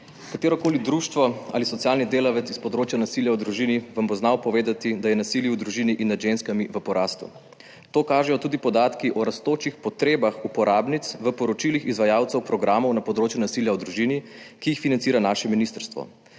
Katerokoli društvo ali socialni delavec s področja nasilja v družini vam bo znal povedati, da je nasilje v družini in nad ženskami v porastu. To kažejo tudi podatki o rastočih potrebah uporabnic v poročilih izvajalcev programov na področju nasilja v družini, ki jih financira naše ministrstvo,